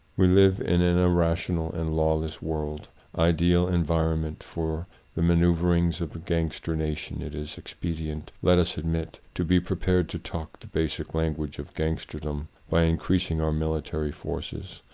we live in an irrational and lawless world ideal environment for the maneuverings of a gangster nation it is expedient, let us admit, to be prepared to talk the basic language of gangsterdom by increas ing our military forces.